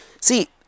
See